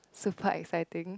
super exciting